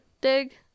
dig